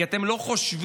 כי אתם לא חושבים,